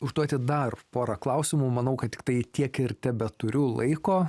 užduoti dar porą klausimų manau kad tiktai tiek ir tebeturiu laiko